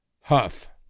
Huff